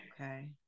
Okay